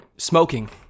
Smoking